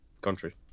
Country